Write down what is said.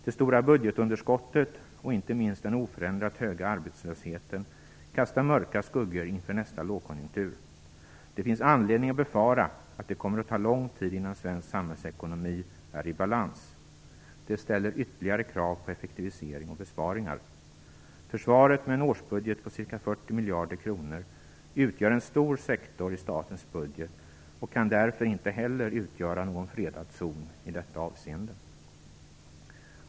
Det stora budgetunderskottet och inte minst den oförändrat höga arbetslösheten kastar mörka skuggor inför nästa lågkonjunktur. Det finns anledning att befara att det kommer att ta lång tid innan svensk samhällsekonomi är i balans. Det ställer ytterligare krav på effektivisering och besparingar. Försvaret, med en årsbudget på ca 40 miljarder kronor, utgör en stor sektor i statens budget och kan därför inte heller utgöra någon fredad zon i detta avseende.